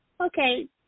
okay